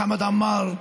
חמד עמאר,